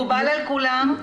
מקובל על כולם?